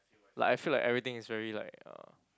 like I feel like everything is very like uh